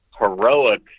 heroic